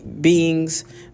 beings